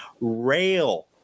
rail